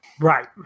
Right